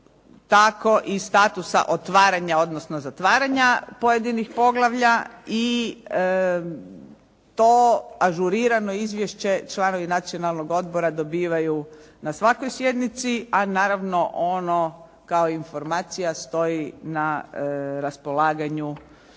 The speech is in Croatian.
tako i statusa otvaranja odnosno zatvaranja pojedinih poglavlja i to ažurirano izvješće članovi Nacionalnog odbora dobivaju na svakoj sjednici, a naravno ono kao informacija stoji na raspolaganju